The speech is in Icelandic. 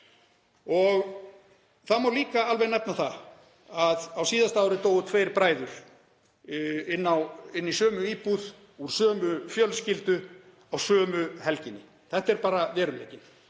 Það má líka alveg nefna það að á síðasta ári dóu tveir bræður inni í sömu íbúð, úr sömu fjölskyldu, á sömu helginni. Þetta er bara veruleikinn.